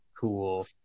cool